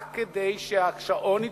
רק כדי שהשעון יתקתק,